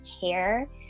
care